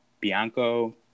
bianco